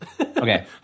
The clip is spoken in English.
Okay